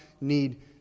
need